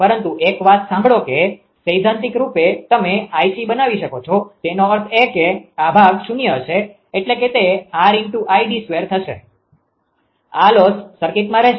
પરંતુ એક વાત સાંભળો કે સૈદ્ધાંતિક રૂપે તમે 𝐼𝑐 બનાવી શકો છો તેનો અર્થ એ કે આ ભાગ શૂન્ય હશે એટલે કે તે 𝑅𝐼𝑑2 થશે આ લોસ સર્કિટમાં રહેશે